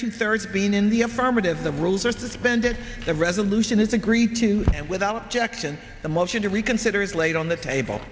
two thirds being in the affirmative the rules are suspended the resolution is agreed to and without jackson the motion to reconsider is laid on the table